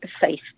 safe